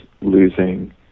losing